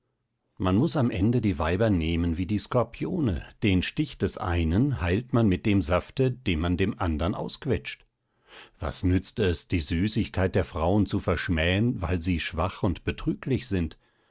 man muß am ende die weiber nehmen wie die skorpione den stich des einen heilt man mit dem safte den man dem andern ausquetscht was nützt es die süßigkeit der frauen zu verschmähen weil sie schwach und betrüglich sind